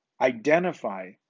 identify